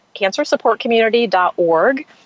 cancersupportcommunity.org